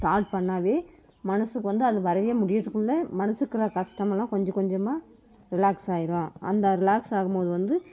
start பண்ணாவே மனதுக்கு வந்து அது வரைய முடிகிறதுக்குள்ள மனதுக்குற கஷ்டமெல்லாம் கொஞ்சம் கொஞ்சமாக ரிலாக்ஸ் ஆகிரும் அந்த ரிலாக்ஸ் ஆகும்போது வந்து